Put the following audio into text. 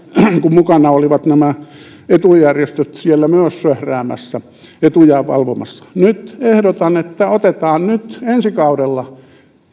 mukana olivat etujärjestöt myös söhräämässä etujaan valvomassa nyt ehdotan että otetaan ensi kaudella